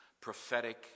prophetic